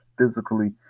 physically